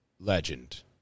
legend